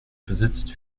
besitzt